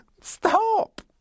Stop